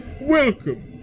Welcome